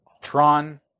Tron